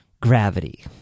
gravity